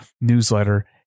newsletter